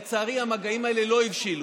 לצערי, המגעים האלה לא הבשילו,